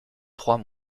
trois